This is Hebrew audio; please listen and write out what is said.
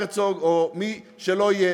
הרצוג או מי שלא יהיה,